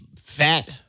fat